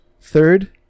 Third